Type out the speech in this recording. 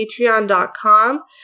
patreon.com